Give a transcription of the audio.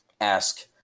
ask